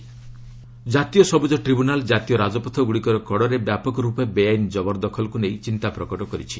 ଏନ୍କିଟି ଜାତୀୟ ସବୁଜ ଟ୍ରିବ୍ୟୁନାଲ୍ ଜାତୀୟ ରାଜପଥଗୁଡ଼ିକର କଡ଼ରେ ବ୍ୟାପକର୍ପେ ବେଆଇନ ଜବର୍ଦଖଲକୁ ନେଇ ଚିନ୍ତା ପ୍ରକଟ କରିଛି